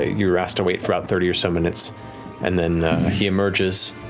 ah you're asked to wait for about thirty or so minutes and then he emerges,